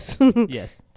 Yes